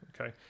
Okay